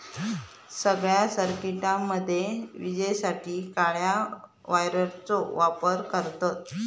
सगळ्या सर्किटामध्ये विजेसाठी काळ्या वायरचो वापर करतत